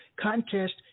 contest